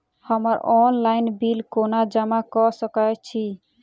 हम्मर online bill कोना जमा कऽ सकय छी?